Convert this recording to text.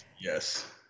yes